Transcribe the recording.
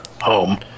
home